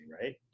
right